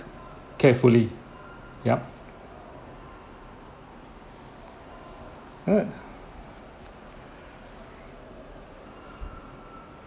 carefully yup alright